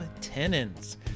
tenants